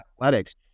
athletics